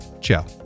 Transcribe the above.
Ciao